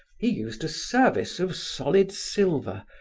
he used a service of solid silver,